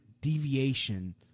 deviation